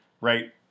right